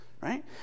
Right